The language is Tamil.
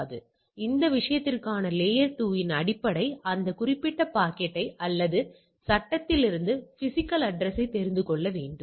அந்த மாதிரியான சூழ்நிலைக்கு கை வர்க்கப் பரவல் எனப்படும் ஒன்றை நான் பயன்படுத்தமுடியும்